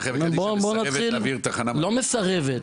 שהחברה קדישא מסרבת להעביר --- לא מסרבת,